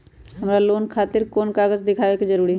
हमरा लोन खतिर कोन कागज दिखावे के जरूरी हई?